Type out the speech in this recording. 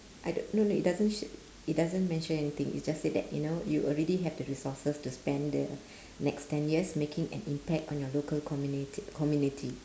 I do~ no no it doesn't sh~ it doesn't mention anything it just said that you know you already have the resources to spend the next ten years making an impact on your local communit~ community